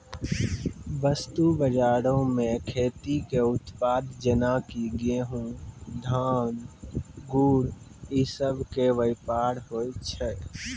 वस्तु बजारो मे खेती के उत्पाद जेना कि गहुँम, धान, गुड़ इ सभ के व्यापार होय छै